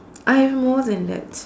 I have more than that